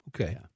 okay